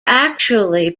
actually